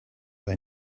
they